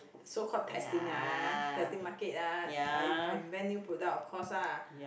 so called testing ah testing market ah I I invent new product of course ah